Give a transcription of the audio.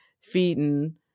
feeding